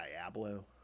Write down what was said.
Diablo